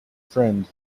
friend